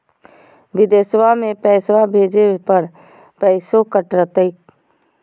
बिदेशवा मे पैसवा भेजे पर पैसों कट तय?